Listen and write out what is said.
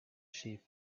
sheep